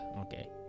okay